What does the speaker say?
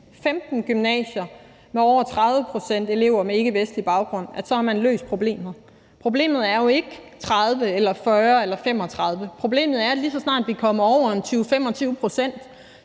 15 gymnasier med over 30 pct. elever med ikkevestlig baggrund, og at man så har løst problemet, tager man fejl. Problemet er jo ikke 30, 40 eller 35 pct. Problemet er, at lige så snart vi kommer over en 20-25 pct.,